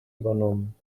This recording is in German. übernommen